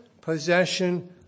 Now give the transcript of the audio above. possession